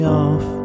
off